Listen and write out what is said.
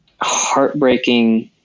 Heartbreaking